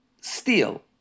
Steel